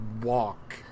walk